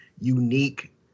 unique